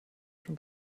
schon